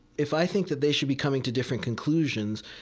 if i think that they should be coming to different conclusions,